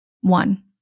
one